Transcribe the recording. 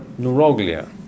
neuroglia